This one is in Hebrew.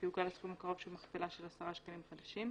יעוגל לסכום הקרוב שהוא מכפלה של 10 שקלים חדשים.